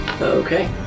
Okay